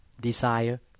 desire